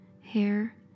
hair